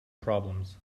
problems